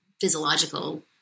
physiological